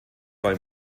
bei